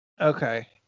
okay